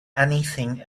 anything